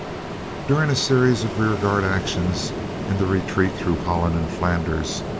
during a series of rearguard actions in the retreat through holland and flanders,